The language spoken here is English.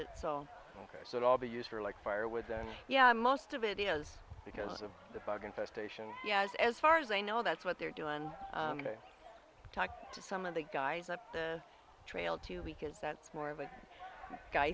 it so that all be used for like fire was and yeah most of it is because of the fog infestations yes as far as i know that's what they're doing and talk to some of the guys up the trail to the kids that's more of a guy